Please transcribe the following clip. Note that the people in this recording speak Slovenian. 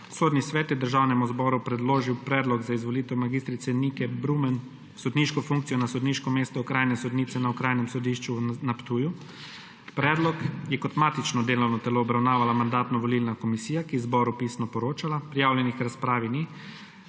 Sodni svet je Državnemu zboru predložil predlog za izvolitev mag. Nike Brumen v sodniško funkcijo na sodniško mesto okrajne sodnice na Okrajnem sodišču na Ptuju. Predlog je kot matično delovno telo obravnavala Mandatno-volilna komisija, ki je zboru pisno poročala. Prijavljenih k razpravi ni.